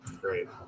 great